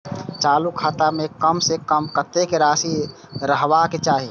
चालु खाता में कम से कम कतेक राशि रहबाक चाही?